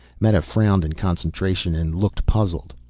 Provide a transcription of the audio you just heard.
meta frowned in concentration and looked puzzled.